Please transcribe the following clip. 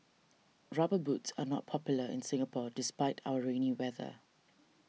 rubber boots are not popular in Singapore despite our rainy weather